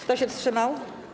Kto się wstrzymał?